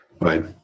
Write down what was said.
Right